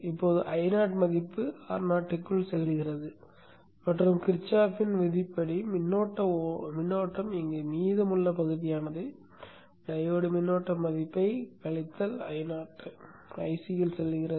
இப்போது Io மதிப்பு Ro விற்குள் செல்கிறது மற்றும் Kirchoffs விதிப்படி மின்னோட்ட ஓட்டம் இங்கு மீதமுள்ள பகுதியானது டையோடு மின்னோட்ட மதிப்பைக் கழித்தல் Io ஐசியில் செல்கிறது